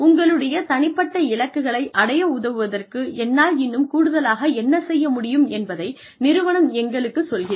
உங்களுடைய தனிப்பட்ட இலக்குகளை அடைய உதவுவதற்கு என்னால் இன்னும் கூடுதலாக என்ன செய்ய முடியும் என்பதை நிறுவனம் எங்களுக்குச் சொல்கிறது